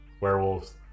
werewolves